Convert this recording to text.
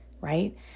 right